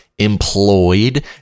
employed